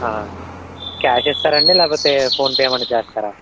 cash ఇస్తారాండి లేకపోతే ఫోన్పే ఏమైనా చేస్తారా